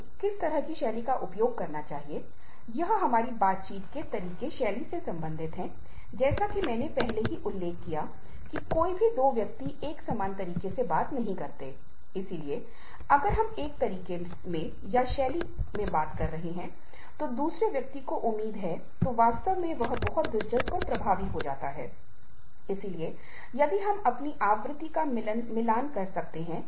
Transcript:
और अलग अलग पत्तियां भी निर्धारित की जाती हैं जैसे अर्जित अवकाश आकस्मिक अवकाश बीमार अवकाश प्रतिपूरक अवकाश चिकित्सा अवकाश मातृत्व अवकाश और लाभ पितृत्व अवकाश वगैरह